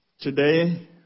today